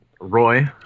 Roy